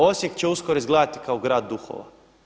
Osijek će uskoro izgledati kao grad duhova.